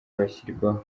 bashyirwaho